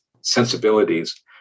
sensibilities